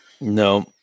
No